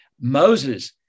Moses